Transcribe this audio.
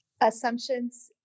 assumptions